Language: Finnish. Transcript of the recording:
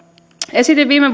esitin viime